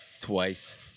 twice